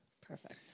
Perfect